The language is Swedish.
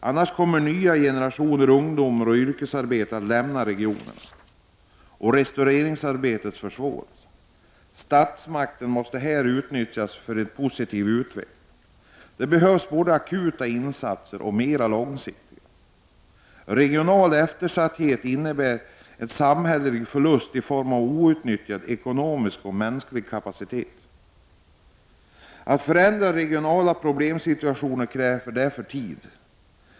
Annars kommer nya generationer ungdomar och yrkesarbetare att lämna de aktuella regionerna. Dessutom försvåras ”restaureringsarbetet”. Statsmakten måste här utnyttjas för en positiv utveckling. Det behövs alltså både akuta insatser och mer långsiktiga sådana. Regional eftersatthet innebär en samhällelig förlust i form av outnyttjad ekonomisk och mänsklig kapacitet. Arbetet med att förändra regionala problemsituationer kräver därför tid.